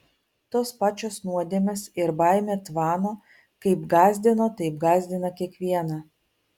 tos pačios nuodėmės ir baimė tvano kaip gąsdino taip gąsdina kiekvieną